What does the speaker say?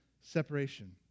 separation